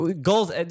Goals